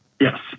Yes